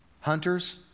Hunters